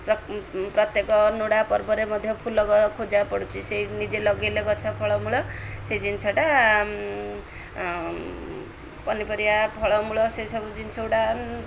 ପ୍ରତ୍ୟେକ ନୁଡ଼ା ପର୍ବରେ ମଧ୍ୟ ଫୁଲ ଖୋଜା ପଡ଼ୁଛି ସେଇ ନିଜେ ଲଗାଇଲେ ଗଛ ଫଳମୂଳ ସେଇ ଜିନିଷଟା ପନିପରିବା ଫଳମୂଳ ସେସବୁ ଜିନିଷ ଗୁଡ଼ା